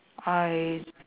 I